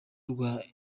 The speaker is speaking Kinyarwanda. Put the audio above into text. rwa